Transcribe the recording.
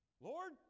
Lord